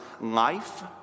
life